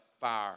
fire